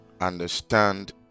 understand